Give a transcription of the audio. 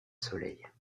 soleil